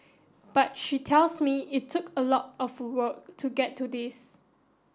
but she tells me it took a lot of work to get to this